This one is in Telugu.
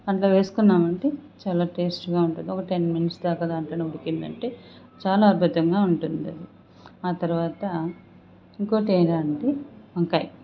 దాంట్లో వేసుకున్నామంటే చాలా టేస్ట్గా ఉంటుంది ఒక టెన్ మినిట్స్ దాకా దాంట్లో ఉడికిందంటే చాలా అద్భుతంగా ఉంటుందది ఆ తరువాత ఇంకోటేరా అంటే వంకాయ్